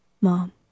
Mom